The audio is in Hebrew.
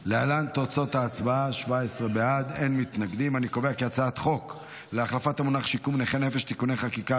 להעביר את הצעת החוק להחלפת המונח שיקום נכה נפש (תיקוני חקיקה),